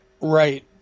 right